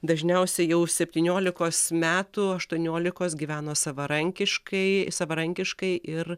dažniausiai jau septyniolikos metų aštuoniolikos gyveno savarankiškai savarankiškai ir